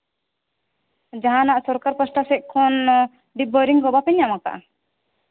ᱡᱟᱦᱟᱱᱟᱜ ᱥᱚᱨᱠᱟᱨ ᱯᱟᱥᱴᱟ ᱥᱮᱫ ᱠᱷᱚᱱ ᱰᱤᱯ ᱵᱳᱨᱤᱝ ᱠᱚ ᱵᱟᱯᱮ ᱧᱟᱢ ᱠᱟᱜᱼᱟ